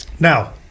Now